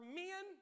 men